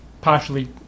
partially